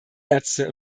ärzte